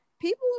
people